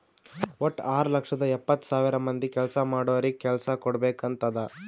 ವಟ್ಟ ಆರ್ ಲಕ್ಷದ ಎಪ್ಪತ್ತ್ ಸಾವಿರ ಮಂದಿ ಕೆಲ್ಸಾ ಮಾಡೋರಿಗ ಕೆಲ್ಸಾ ಕುಡ್ಬೇಕ್ ಅಂತ್ ಅದಾ